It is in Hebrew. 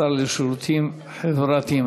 השר לשירותים חברתיים,